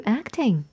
acting